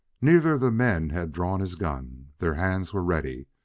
neither of the men had drawn his gun. their hands were ready,